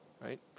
right